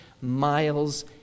miles